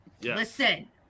Listen